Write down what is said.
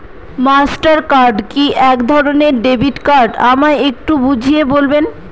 Master card কি একধরণের debit card আমায় একটু বুঝিয়ে বলবেন?